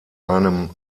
einem